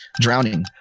Drowning